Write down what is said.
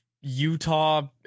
Utah